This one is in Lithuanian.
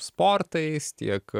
sportais tiek